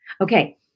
Okay